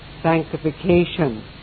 sanctification